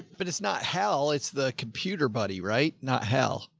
but it's not hell. it's the computer buddy, right? not hell.